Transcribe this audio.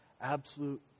absolute